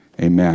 amen